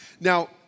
Now